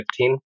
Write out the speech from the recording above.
2015